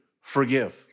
Forgive